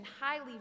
highly